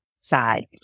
side